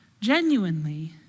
genuinely